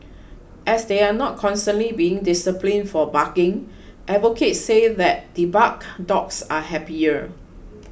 as they are not constantly being disciplined for barking advocates say that debarked dogs are happier